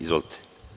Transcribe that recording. Izvolite.